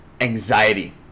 anxiety